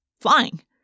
Flying